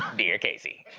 um dear casey,